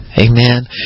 Amen